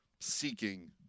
seeking